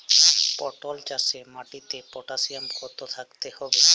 পটল চাষে মাটিতে পটাশিয়াম কত থাকতে হবে?